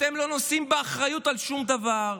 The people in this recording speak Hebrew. אתם לא נושאים באחריות על שום דבר.